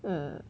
mm